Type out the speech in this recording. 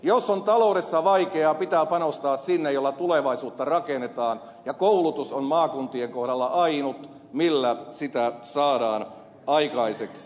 jos on taloudessa vaikeaa pitää panostaa sinne missä tulevaisuutta rakennetaan ja koulutus on maakuntien kohdalla ainut millä sitä saadaan aikaiseksi